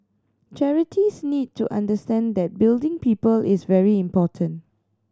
charities need to understand that building people is very important